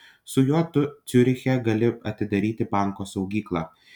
su juo tu ciuriche gali atidaryti banko saugyklą